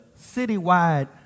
citywide